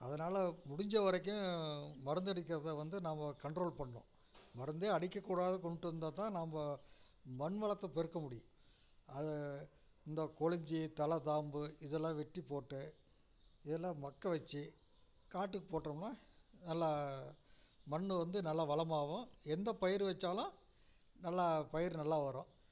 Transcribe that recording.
அதனால் முடிஞ்ச வரைக்கும் மருந்தடிக்கறதை வந்து நாம கண்ட்ரோல் பண்ணணும் மருந்தே அடிக்கக்கூடாது கொண்டுட்டு வந்தால்தான் நாம்ப மண்வளத்தை பெருக்க முடியும் அது இந்த கொளஞ்சி தழ காம்பு இதெல்லாம் வெட்டி போட்டு இதெல்லாம் மக்க வச்சு காட்டுக்கு போட்டோம்னா நல்லா மண்ணு வந்து நல்லா வளமாகவும் எந்த பயிர் வச்சாலும் நல்லா பயிர் நல்லா வரும்